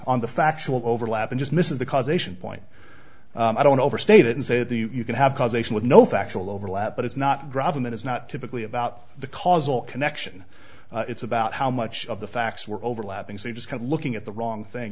on the factual overlap and just miss the causation point i don't overstate it and say that you can have causation with no factual overlap but it's not driving that it's not typically about the causal connection it's about how much of the facts were overlapping so you just kind of looking at the wrong thing